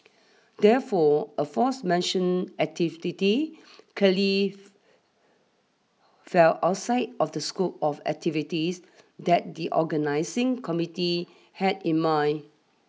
therefore aforementioned activities curly fell outside of the scope of activities that the organising committee had in mind